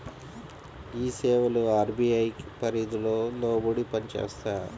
ఈ సేవలు అర్.బీ.ఐ పరిధికి లోబడి పని చేస్తాయా?